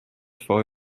for